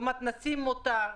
במתנ"סים מותר.